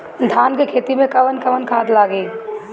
धान के खेती में कवन कवन खाद लागी?